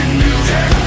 music